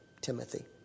Timothy